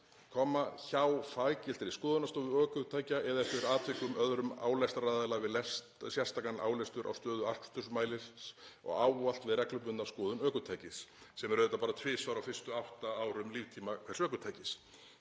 aðila, hjá faggiltri skoðunarstofu ökutækja eða eftir atvikum öðrum álestraraðila við sérstakan álestur á stöðu akstursmælis og ávallt við reglubundna skoðun ökutækis.“ Sem er auðvitað bara tvisvar á fyrstu átta árum líftíma hversu ökutækis